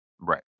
Right